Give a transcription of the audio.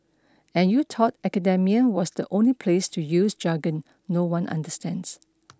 and you thought academia was the only place to use jargon no one understands